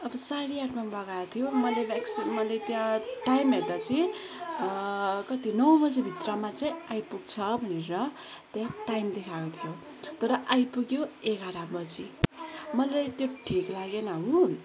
अब साढे आठमा मगाएको त्यो मैले त टाइम हेर्दा चाहिँ कति नौ बजी भित्रमा चाहिँ आइपुग्छ भनेर त्यहाँ टाइम देखाएको थियो तर आइपुग्यो एघार बजी मलाई त्यो ठिक लागेन हो